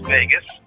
Vegas